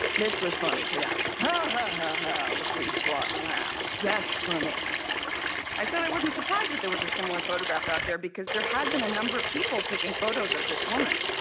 this was funny to them. ha ha ha, the police squad laughed, that's funny i said i wasn't surprised that there was a similar photograph out there, because there had been a number of people taking photos of this woman.